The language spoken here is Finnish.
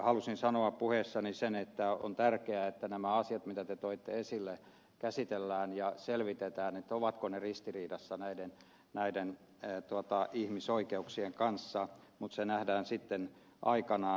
halusin sanoa puheessani sen että on tärkeää että nämä asiat mitä te toitte esille käsitellään ja selvitetään ovatko ne ristiriidassa ihmisoikeuksien kanssa mutta se nähdään sitten aikanaan